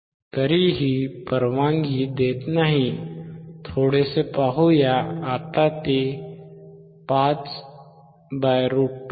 तरीही परवानगी देत नाही थोडेसे पाहू या आता ते 5√ 2 आहे